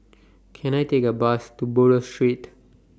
Can I Take A Bus to Buroh Street